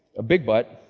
a big but.